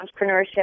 entrepreneurship